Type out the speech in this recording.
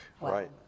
Right